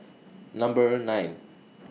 Number nine